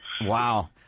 Wow